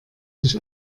sich